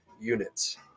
units